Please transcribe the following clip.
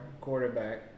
quarterback